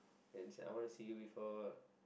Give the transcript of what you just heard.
and say I want to see you before